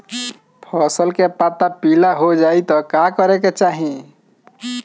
फसल के पत्ता पीला हो जाई त का करेके होई?